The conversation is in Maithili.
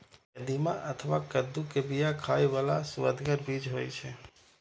कदीमा अथवा कद्दू के बिया खाइ बला सुअदगर बीज होइ छै